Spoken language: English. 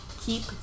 keep